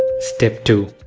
step two.